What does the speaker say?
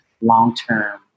long-term